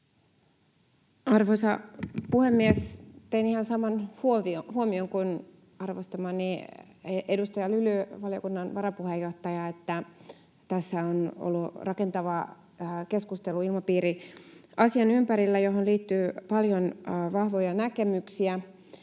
Arvoisa puhemies! Tein ihan saman huomion kuin arvostamani edustaja Lyly, valiokunnan varapuheenjohtaja, että tässä on ollut rakentava keskusteluilmapiiri asian ympärillä, johon liittyy paljon vahvoja näkemyksiä.